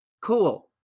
cool